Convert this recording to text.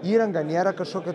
įranga nėra kažkokia